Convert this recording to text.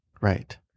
Right